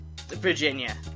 Virginia